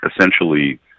essentially